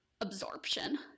absorption